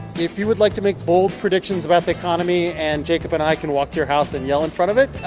if you would like to make bold predictions about the economy and jacob and i can walk to your house and yell in front of it,